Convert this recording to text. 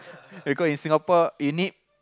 because in Singapore you need